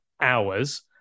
hours